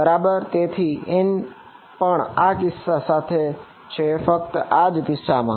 બરાબર તેથી n પણ આ ખાસ કિસ્સા સાથે છે ફક્ત આ જ કિસ્સામાં